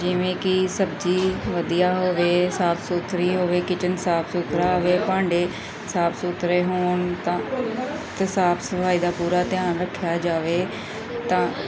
ਜਿਵੇਂ ਕਿ ਸਬਜ਼ੀ ਵਧੀਆ ਹੋਵੇ ਸਾਫ ਸੁਥਰੀ ਹੋਵੇ ਕਿਚਨ ਸਾਫ ਸੁਥਰਾ ਹੋਵੇ ਭਾਂਡੇ ਸਾਫ ਸੁਥਰੇ ਹੋਣ ਤਾਂ ਅਤੇ ਸਾਫ ਸਫਾਈ ਦਾ ਪੂਰਾ ਧਿਆਨ ਰੱਖਿਆ ਜਾਵੇ ਤਾਂ